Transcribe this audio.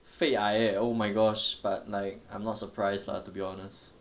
肺癌 oh my gosh but like I'm not surprised lah to be honest